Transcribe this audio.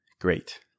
great